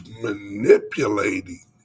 manipulating